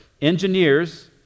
Engineers